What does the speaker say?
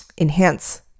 enhance